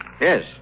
Yes